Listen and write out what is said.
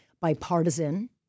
bipartisan